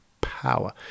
Power